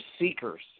seekers